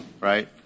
right